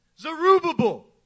Zerubbabel